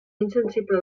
insensible